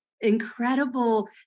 incredible